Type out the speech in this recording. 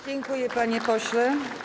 Dziękuję, panie pośle.